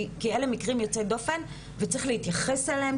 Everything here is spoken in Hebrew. כי אלו מקרים יוצאי דופן וצריך להתייחס אליהם,